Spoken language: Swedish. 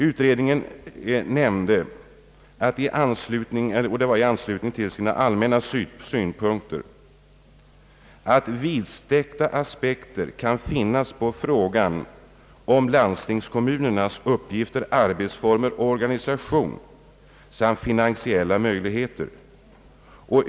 Utredningen nämnde i anslutning till sina allmänna synpunkter att vidsträckta aspekter kan finnas på frågan om landstingskommunernas uppgifter, arbetsformer och organisation samt finansiella möjligheter.